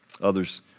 Others